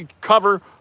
cover